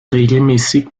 regelmäßig